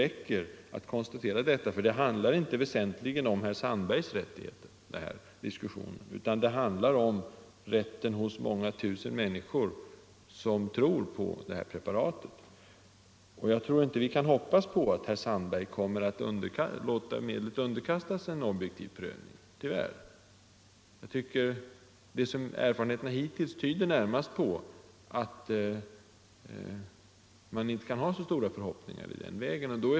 Den här diskussionen handlar nämligen inte väsentligen om herr Sandbergs rättigheter, utan den handlar om vilka rättigheter de många tusen människor har, som tror på detta preparat. Jag tror tyvärr inte att vi kan hoppas på att herr Sandberg kommer att låta underkasta medlet en objektiv prövning. Erfarenheterna hittills ger inte anledning till stora förhoppningar i den vägen.